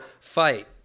fight